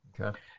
okay